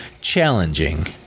challenging